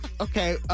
okay